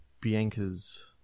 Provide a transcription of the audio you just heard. Bianca's